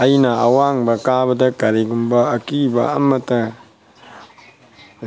ꯑꯩꯅ ꯑꯋꯥꯡꯕ ꯀꯥꯕꯗ ꯀꯔꯤꯒꯨꯝꯕ ꯑꯀꯤꯕ ꯑꯃꯠꯇ